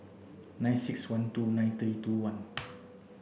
nine six one two nine three two one